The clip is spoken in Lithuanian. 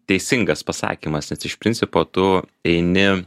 teisingas pasakymas nes iš principo tu eini